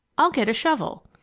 i'll get a shovel.